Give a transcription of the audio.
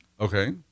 Okay